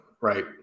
right